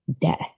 death